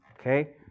okay